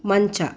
ಮಂಚ